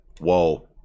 whoa